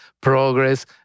progress